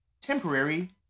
temporary